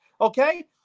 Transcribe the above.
okay